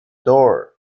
door